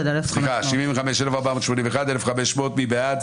מי בעד?